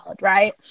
right